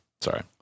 sorry